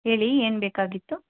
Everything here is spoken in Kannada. ಹೇಳಿ ಏನು ಬೇಕಾಗಿತ್ತು